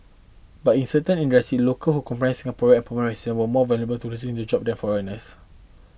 but in certain industry local who comprise Singaporean and permanent residents were more vulnerable to losing their job than foreigners